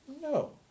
No